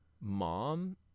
mom